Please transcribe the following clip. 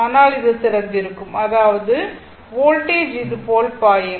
ஆனால் இது திறந்திருக்கும் அதாவது வோல்டேஜ் இது போல பாயும்